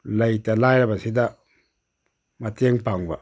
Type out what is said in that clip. ꯂꯩꯇ ꯂꯥꯏꯔꯕꯁꯤꯗ ꯃꯇꯦꯡ ꯄꯥꯡꯕ